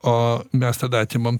o mes tada atimam